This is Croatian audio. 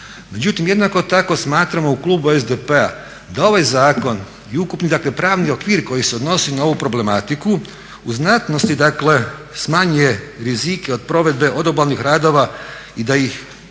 Međutim, jednako tako smatramo u klubu SDP-a da ovaj zakon i ukupni dakle pravni okvir koji se odnosi na ovu problematiku u znatnosti dakle smanjuje rizike od provedbe odobalnih radova i da ih dovodi